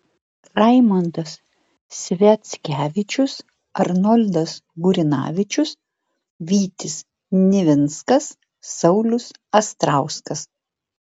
raimondas sviackevičius arnoldas gurinavičius vytis nivinskas saulius astrauskas